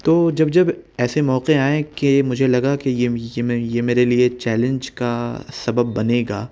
تو جب جب ایسے موقعے آئیں کہ مجھے لگا کہ یہ یہ میرے یہ لئے چیلینج کا سبب بنے گا